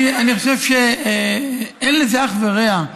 אני חושב שאין לזה אח ורע,